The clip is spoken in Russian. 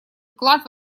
вклад